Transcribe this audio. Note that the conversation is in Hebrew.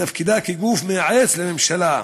בתפקידה כגוף מייעץ לממשלה,